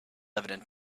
evident